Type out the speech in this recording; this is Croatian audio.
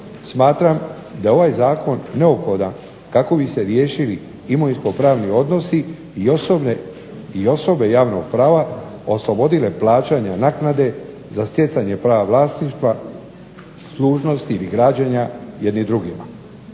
Smatram da je ovaj zakon neophodan kako bi se riješili imovinsko pravni odnosi i osobe javnog prava oslobodile plaćanja naknade za stjecanje prava vlasništva, služnosti ili građenja jedni drugima.